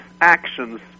actions